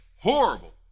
horrible